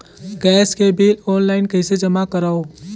Gas के bill online कइसे जमा करव?